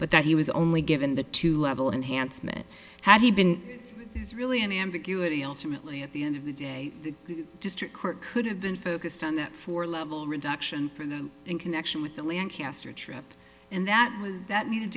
but that he was only given the two level enhanced mitt had he been is really an ambiguity ultimately at the end of the day the district court could have been focused on that for level reduction in connection with the lancaster trip and that was that needed